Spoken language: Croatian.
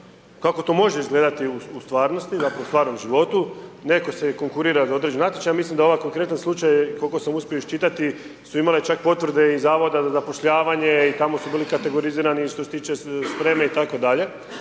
kako to može izgledati u stvarnosti, dakle u stvarnom životu. Neko se konkurira na određeni natječaj, mislim da ova konkretan slučaj kolko sam uspio iščitati su imale čak potvrde i Zavoda za zapošljavanje i tamo su bili kategorizirani što se tiče spreme itd.,